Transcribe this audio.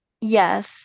Yes